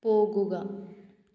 പോകുക